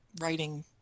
writing